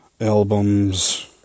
Albums